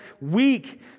weak